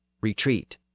retreat